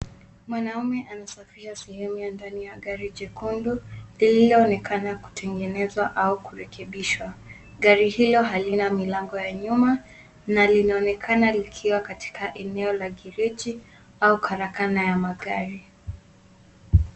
Mwanamume anasafisha sehemu ya ndani ya gari jekundu lililoonekana kutengenezwa au kurekebishwa. Gari hilo halina milango ya nyuma na inaonekana likiwa katika eneo la gereji au karakana ya magari.